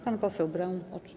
Pan poseł Braun.